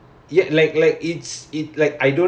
oh but ya